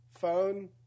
phone